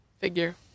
figure